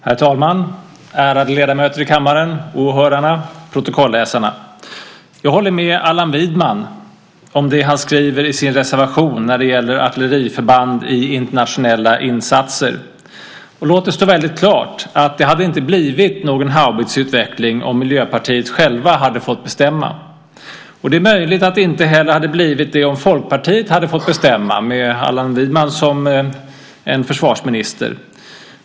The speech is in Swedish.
Herr talman! Ärade ledamöter i kammaren! Åhörarna! Protokollsläsarna! Jag håller med Allan Widman om det han skriver i sin reservation när det gäller artilleriförband i internationella insatser. Låt det stå väldigt klart att det inte hade blivit någon haubitsutveckling om Miljöpartiet själva hade fått bestämma. Det är möjligt att det inte heller hade blivit det om Folkpartiet hade fått bestämma med Allan Widman som försvarsminister.